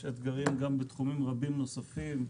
יש אתגרים גם בתחומים רבים נוספים.